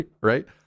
right